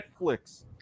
Netflix